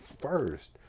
first